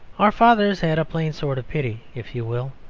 our fathers had a plain sort of pity if you will,